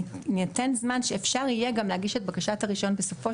ניתן זמן שאפשר יהיה להגיש את בקשת הרישיון בסופו